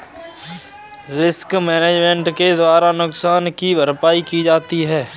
risk management के द्वारा नुकसान की भरपाई की जाती है